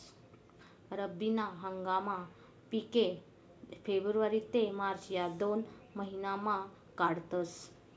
रब्बी ना हंगामना पिके फेब्रुवारी ते मार्च या दोन महिनामा काढातस